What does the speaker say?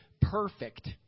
perfect